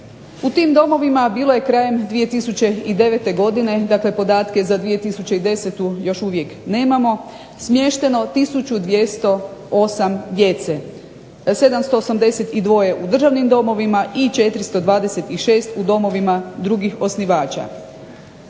U tim domovima bilo je krajem 2009. godine, dakle podatke za 2010. još uvijek nemamo, smješteno 1208 djece, 782 u državnim domovima i 426 u domovima drugih osnivača.